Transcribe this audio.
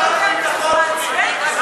השר הנגבי, אתה אצבע בסכר,